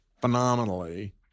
phenomenally